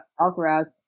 Alcaraz